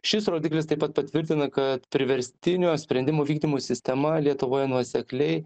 šis rodiklis taip pat patvirtina kad priverstinio sprendimų vykdymo sistema lietuvoje nuosekliai